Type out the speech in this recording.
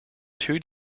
two